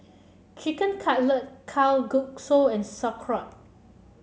Chicken Cutlet Kalguksu and Sauerkraut